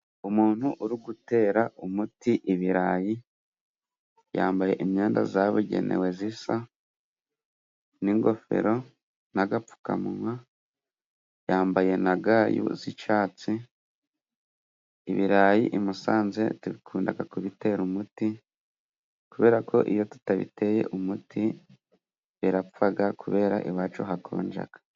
Umuntu uri gutera umuti ibirayi, yambaye imyenda zabugenewe zisa n'ingofero n'agapfukamunwa. Yambaye na ga z'icatsi. Ibirayi i Musanze dukundaga kubitera umuti, kubera ko iyo tutabiteye umuti birapfaga kubera iwacu hakonjaga.